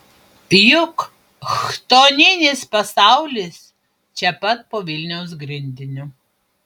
juk chtoninis pasaulis čia pat po vilniaus grindiniu